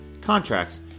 contracts